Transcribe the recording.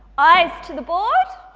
eyes to the board,